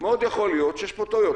מאוד יכול להיות שיש פה טעויות.